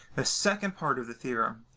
ah second part of the theorem.